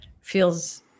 feels